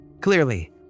Clearly